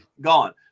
gone